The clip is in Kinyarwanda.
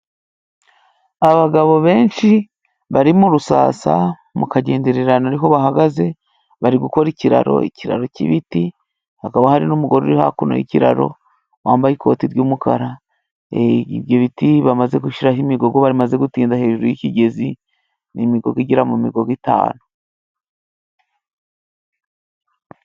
Abagabo benshi bari mu rusasa mu kagendererano ari ho bahagaze. Ari gukora ikiraro, ikiraro cy'ibiti. Hakaba hari n'umugore uri hakuno y'ikiraro wambaye ikoti ry'umukara, e ibyo biti bamaze gushyiraho imigogo, bamaze gutinda hejuru y'ikigezi ni imigogo igera mu migogo itanu..